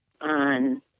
on